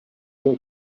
your